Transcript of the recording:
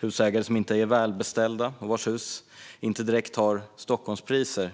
Husägare som inte är välbeställda och vilkas hus inte direkt har Stockholmspriser